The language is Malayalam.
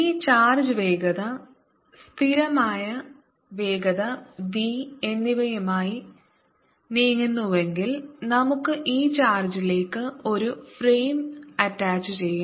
ഈ ചാർജ് വേഗത സ്ഥിരമായ വേഗത v എന്നിവയുമായി നീങ്ങുന്നുവെങ്കിൽ നമുക്ക് ഈ ചാർജിലേക്ക് ഒരു ഫ്രെയിം അറ്റാച്ചുചെയ്യാം